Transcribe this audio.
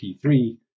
P3